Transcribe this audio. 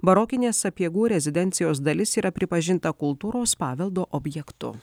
barokinė sapiegų rezidencijos dalis yra pripažinta kultūros paveldo objektu